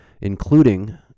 including